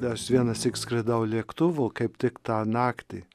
aš vienas tik skridau lėktuvu kaip tik tą naktį